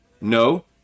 No